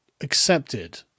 accepted